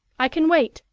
i can wait,